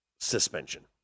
suspension